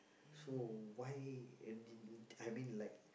so why and I mean like